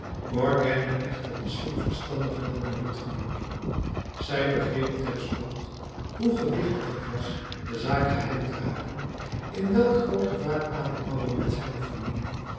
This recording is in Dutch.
morgiane echter was veel verstandiger dan haar lotgenooten zij begreep terstond hoe gewichtig het was de zaak geheim te houden in welk groot gevaar ali baba met zijne familie